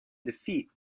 defeat